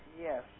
Yes